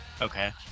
Okay